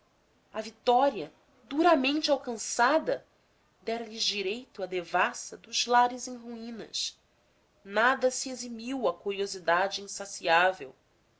a vitória duramente alcançada dera lhes direito à devassa dos lares em ruínas nada se eximiu à curiosidade insaciável